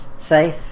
Safe